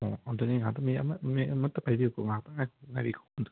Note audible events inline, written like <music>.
ꯑꯣ ꯑꯗꯨꯗꯤ ꯉꯥꯏꯍꯥꯛꯇꯪ ꯃꯤꯅꯤꯠ ꯑꯃꯇꯪ ꯄꯥꯏꯕꯤꯎꯀꯣ ꯉꯥꯏꯍꯥꯛꯇꯪ <unintelligible>